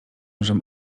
żem